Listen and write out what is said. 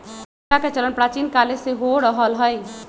सिक्काके चलन प्राचीन काले से हो रहल हइ